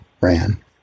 ran